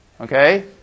Okay